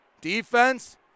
Defense